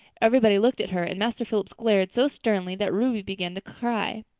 everybody looked at her and mr. phillips glared so sternly that ruby began to cry.